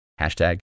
hashtag